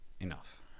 enough